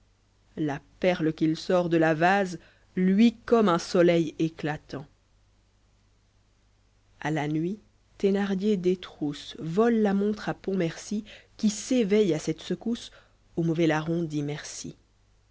la perle qu'il sort de la vase luit comme un soleil éclatant a la nuit thenardier détrousse vole la montre à pontmercy qui s'éveille à cette secousse au mauvais larron dit merci